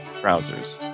trousers